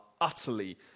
utterly